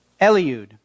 Eliud